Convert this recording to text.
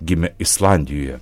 gimė islandijoje